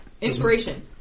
Inspiration